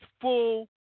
full